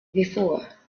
before